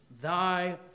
thy